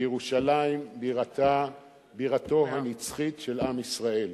התנ"ך בירושלים, בירתו הנצחית של עם ישראל.